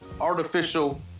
artificial